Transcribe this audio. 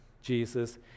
Jesus